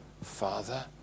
Father